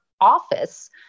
office